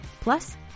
Plus